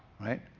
right